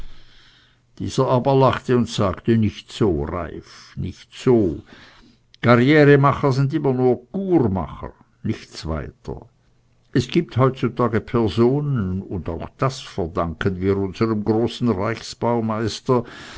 dieser aber lachte und sagte nicht so reiff nicht so karrieremacher sind immer nur courmacher nichts weiter es gibt heutzutage personen und auch das verdanken wir unsrem großen